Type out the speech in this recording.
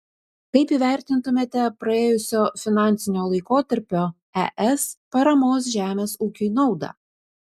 kaip įvertintumėte praėjusio finansinio laikotarpio es paramos žemės ūkiui naudą